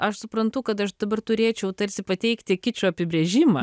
aš suprantu kad aš dabar turėčiau tarsi pateikti kičo apibrėžimą